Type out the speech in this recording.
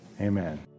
Amen